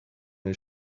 his